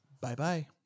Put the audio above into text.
Bye-bye